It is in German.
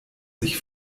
sich